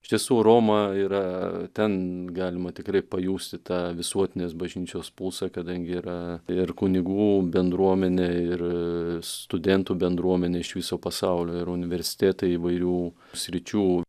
iš tiesų roma yra ten galima tikrai pajusti tą visuotinės bažnyčios pulsą kadangi yra ir kunigų bendruomenė ir studentų bendruomenė iš viso pasaulio ir universitetai įvairių sričių